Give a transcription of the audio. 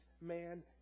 man